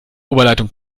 oberleitung